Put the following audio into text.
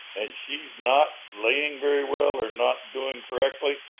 and she's not laying very well or not doing correctly,